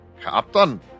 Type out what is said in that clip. Captain